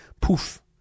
poof